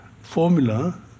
Formula